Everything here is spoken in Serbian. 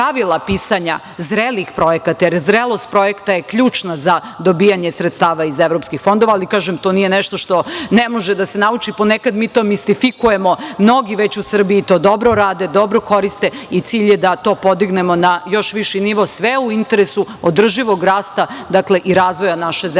pravila pisanja zrelih projekata, jer zrelost projekta je ključno za dobijanje sredstava iz evropskih fondova, ali kažem to nije nešto što ne može da se nauči ponekad mi to mistifikujemo, mnogi već u Srbiji to dobro rade, dobro koriste i cilj je da to podignemo na još viši nivo sve u interesu održivog rasta i razvoja naše zemlje, što